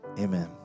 amen